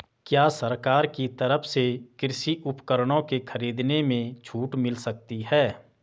क्या सरकार की तरफ से कृषि उपकरणों के खरीदने में छूट मिलती है?